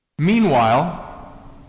Meanwhile